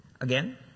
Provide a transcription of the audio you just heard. Again